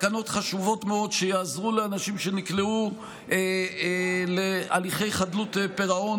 תקנות חשובות מאוד שיעזרו לאנשים שנקלעו להליכי חדלות פירעון,